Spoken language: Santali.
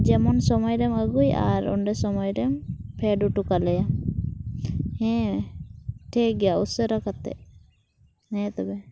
ᱡᱮᱢᱚᱱ ᱥᱚᱢᱚᱭᱨᱮᱢ ᱟᱹᱜᱩᱭ ᱟᱨ ᱚᱸᱰᱮ ᱥᱚᱢᱚᱭᱨᱮᱢ ᱯᱷᱮᱰ ᱦᱚᱴᱚ ᱠᱟᱞᱮᱭᱟ ᱦᱮᱸ ᱴᱷᱤᱠ ᱜᱮᱭᱟ ᱩᱥᱟᱹᱨᱟ ᱠᱟᱛᱮᱫ ᱦᱮᱸ ᱛᱚᱵᱮ